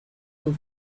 who